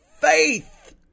faith